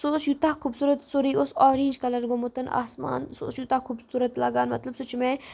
سُہ اوس یوٗتاہ خوٗبصوٗرت سورُے اوس اورینٛج کَلَر گوٚمُت آسمان سُہ اوس یوٗتاہ خوٗبصوٗت لَگان مطلب سُہ چھُ مےٚ